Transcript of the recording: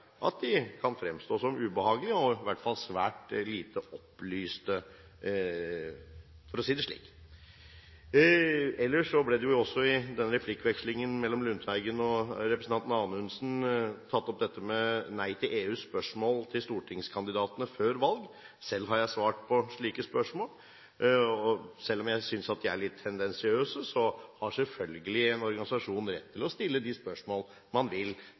at de kan fremstå som ubehagelige og i hvert fall svært lite opplyste, for å si det slik. Ellers ble det i denne replikkvekslingen mellom representantene Lundteigen og Anundsen tatt opp Nei til EUs spørsmål til stortingskandidatene før valg. Selv har jeg svart på slike spørsmål. Selv om jeg synes at de er litt tendensiøse, har selvfølgelig en organisasjon rett til å stille de spørsmål man vil